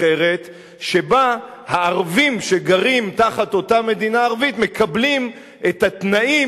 אחרת שבה הערבים שגרים תחת אותה מדינה ערבית מקבלים את התנאים,